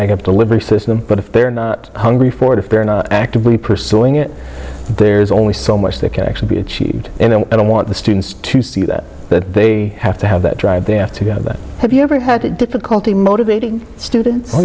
to live a system but if they're not hungry for it if they're not actively pursuing it there's only so much that can actually be achieved and then i don't want the students to see that that they have to have that drive they have to get that have you ever had difficulty motivating students oh